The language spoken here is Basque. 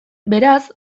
beraz